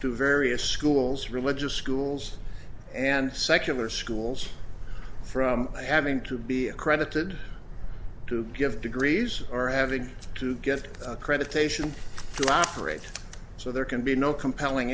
to various schools religious schools and secular schools from having to be accredited to give degrees or having to get accreditation to operate so there can be no compelling